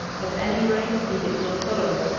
at any rate, he did not follow.